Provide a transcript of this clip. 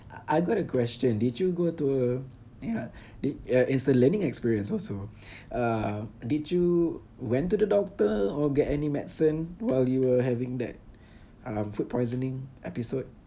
I got a question did you go to hang on did uh it's a learning experience also uh did you went to the doctor or get any medicine while you were having that um food poisoning episode